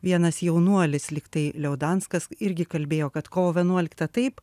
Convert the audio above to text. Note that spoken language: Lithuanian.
vienas jaunuolis lyg tai liaudanskas irgi kalbėjo kad kovo vienuolikta taip